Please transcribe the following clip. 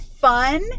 fun